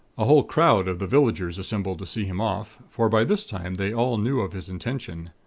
a whole crowd of the villagers assembled to see him off for by this time they all knew of his intention.